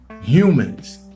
humans